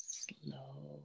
slow